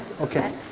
Okay